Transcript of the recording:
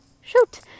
shoot